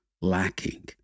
lacking